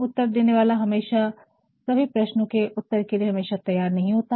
उत्तर देने वाला हमेशा सभी प्रश्नों के उत्तर के लिए हमेशा तैयार नहीं होता है